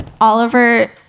Oliver